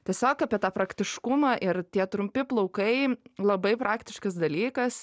tiesiog apie tą praktiškumą ir tie trumpi plaukai labai praktiškas dalykas